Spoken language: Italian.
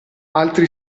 altri